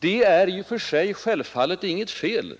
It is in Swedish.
Detta är självfallet i och för sig inget fel,